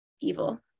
evil